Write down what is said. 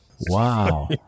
Wow